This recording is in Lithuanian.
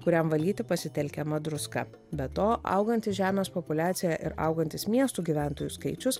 kuriam valyti pasitelkiama druska be to auganti žemės populiacija ir augantis miestų gyventojų skaičius